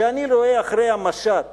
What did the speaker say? וכשאני רואה אחרי המשט